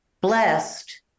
blessed